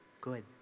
good